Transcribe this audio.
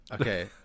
Okay